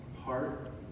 heart